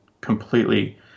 completely